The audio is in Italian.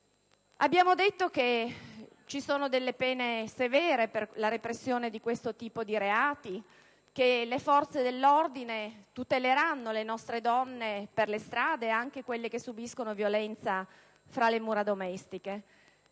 Abbiamo detto che ci sono delle pene severe per la repressione di questo tipo di reati, che le forze dell'ordine tuteleranno le nostre donne per le strade, anche quelle che subiscono violenza tra le mura domestiche.